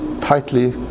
tightly